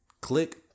click